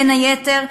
בין היתר,